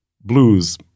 blues